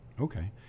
Okay